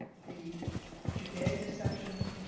the judaica section,